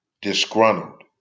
disgruntled